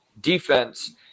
defense